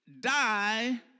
die